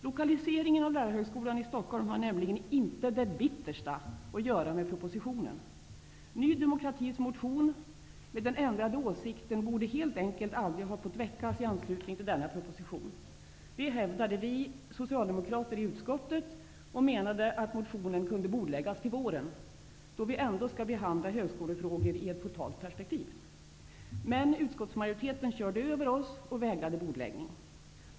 Lokaliseringen av lärarhögskolan i Stockholm har nämligen inte det bittersta att göra med propositionen. Ny demokratis motion med de ändrade åsikterna borde helt enkelt aldrig ha fått väckas i anslutning till denna proposition. Detta hävdade vi socialdemokrater i utskottet och menade att motionen kunde bordläggas till våren, då vi ändå skall behandla högskolefrågor i ett totalt perspektiv. Men utskottsmajoriteten körde över oss och vägrade bordläggning.